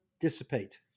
dissipate